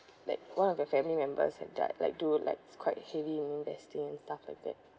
like one of your family members had do~ like do like it's quite heavy in investing and stuff like that